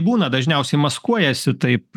būna dažniausiai maskuojasi taip